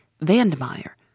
Vandemeyer